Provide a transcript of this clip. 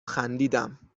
خندیدم